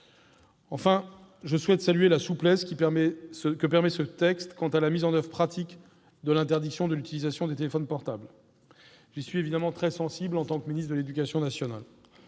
loi. Je souhaite également saluer la souplesse que permet ce texte quant à la mise en oeuvre pratique de l'interdiction de l'utilisation des téléphones portables. J'y suis évidemment très sensible, en tant que ministre de l'éducation nationale.